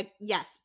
yes